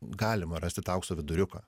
galima rasti tą aukso viduriuką